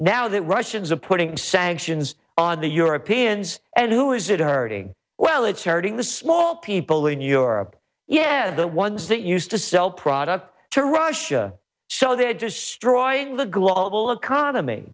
now that russians are putting sanctions on the europeans and who is it hurting well it's hurting the small people in europe yeah the ones that used to sell product to russia so they're just straw in the global economy